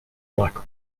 luck